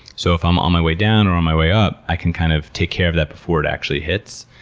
so if i'm on my way down or on my way up, i can kind of take care of that before it actually hits.